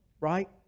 Right